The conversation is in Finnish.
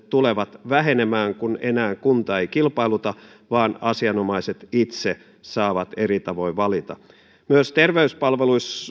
tulevat vähenemään kun enää kunta ei kilpailuta vaan asianomaiset itse saavat eri tavoin valita myös terveyspalveluiden